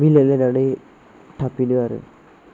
मिलायलायनानै थाफिनो आरो